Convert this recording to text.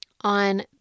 on